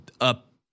up